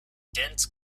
dense